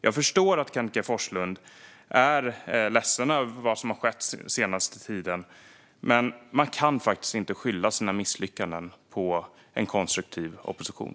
Jag förstår att Kenneth G Forslund är ledsen över vad som har skett den senaste tiden, men man kan faktiskt inte skylla sina misslyckanden på en konstruktiv opposition.